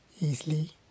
easily